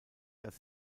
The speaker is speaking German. dass